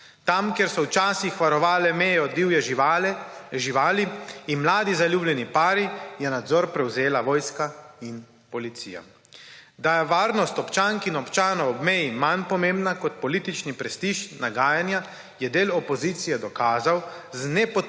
Tam, kjer so včasih varovale mejo divje živali in mladi zaljubljeni pari, je nadzor prevzela vojska in policija. Da je varnost občank in občanov ob meji manj pomembna kot politični prestiž, nagajanja, je del opozicije dokazal z nepodporo